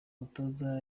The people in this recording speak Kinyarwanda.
mutoza